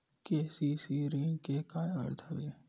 KCC ऋण के का अर्थ हवय?